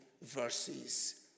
verses